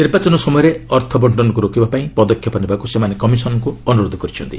ନିର୍ବାଚନ ସମୟରେ ଅର୍ଥବଣ୍ଜନକୁ ରୋକିବା ପାଇଁ ପଦକ୍ଷେପ ନେବାକୁ ସେମାନେ କମିଶନ୍ଙ୍କୁ ଅନୁରୋଧ କରିଛନ୍ତି